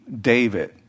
David